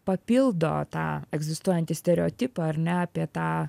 papildo tą egzistuojantį stereotipą ar ne apie tą